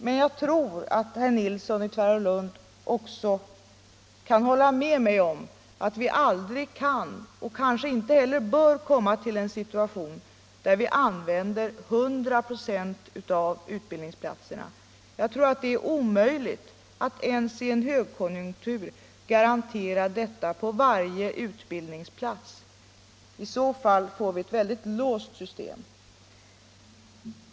Men jag tror att herr Nilsson i Tvärålund också kan hålla med mig om att vi aldrig kan och kanske inte heller bör komma till en situation där vi utnyttjar 100 96 av utbildningsplatserna. Jag tror det är omöjligt att ens i en högkonjunktur garantera detta på varje utbildningsplats. I så fall får vi ett väldigt låst system.